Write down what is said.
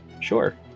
Sure